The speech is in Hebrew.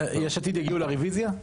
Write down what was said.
יש עתיד יגיעו לרביזיה?